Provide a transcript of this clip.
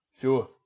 sure